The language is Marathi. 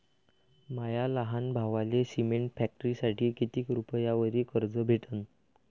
माया लहान भावाले सिमेंट फॅक्टरीसाठी कितीक रुपयावरी कर्ज भेटनं?